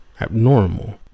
abnormal